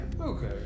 Okay